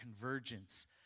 convergence